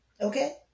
Okay